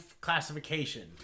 Classification